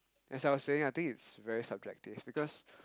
as I was saying I think is very subjective because